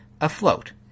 afloat